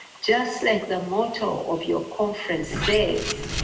just like the motto of your conference says,